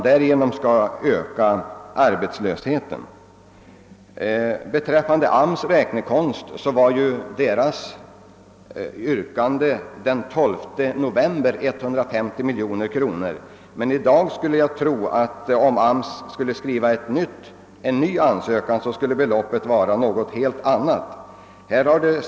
Arbetsmarknadsstyrelsen yrkade den 12 november att ramen för lokaliseringslånen skulle vidgas till 150 miljoner kronor. Om arbetsmarknadsstyrelsen i dag skrev en ny ansökan skulle jag tro att ett helt annat belopp skulle anges.